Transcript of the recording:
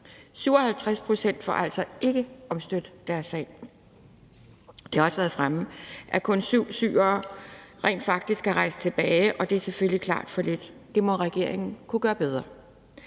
57 pct. får altså ikke omstødt afgørelsen i deres sag. Det har også været fremme, at kun syv syrere rent faktisk er rejst tilbage, og det er selvfølgelig klart for få. Det må regeringen kunne gøre bedre.